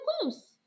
close